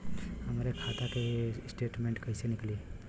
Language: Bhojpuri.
हमरे खाता के स्टेटमेंट कइसे निकली?